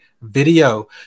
video